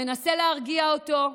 מנסה להרגיע אותו,